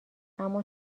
اما